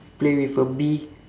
play with a bee